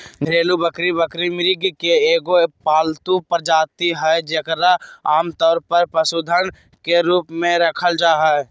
घरेलू बकरी बकरी, मृग के एगो पालतू प्रजाति हइ जेकरा आमतौर पर पशुधन के रूप में रखल जा हइ